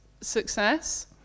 success